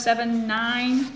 seven nine